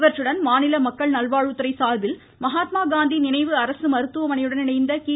இவற்றுடன் மாநில மக்கள் நல்வாழ்வுத்துறை சாா்பில் மகாத்மா காந்தி நினைவு அரசு மருத்துவமனையுடன் இணைந்த கி